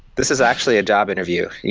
this is actually a job interview.